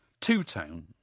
two-tone